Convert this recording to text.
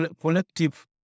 collective